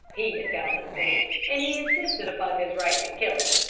he had found the snake, and he insisted upon his right to kill it,